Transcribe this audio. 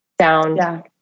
sound